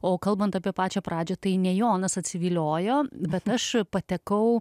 o kalbant apie pačią pradžią tai ne jonas atsiviliojo bet aš patekau